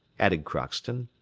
added crockston.